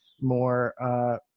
more